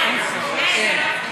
קרה.